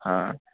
हा